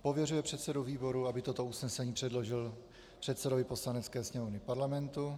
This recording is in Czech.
Pověřuje předsedu výboru, aby toto usnesení předložil předsedovi Poslanecké sněmovny Parlamentu.